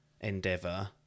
endeavour